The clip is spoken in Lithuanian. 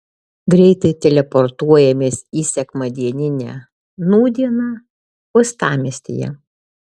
greitai teleportuojamės į sekmadieninę nūdieną uostamiestyje